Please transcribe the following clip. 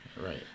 Right